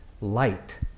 light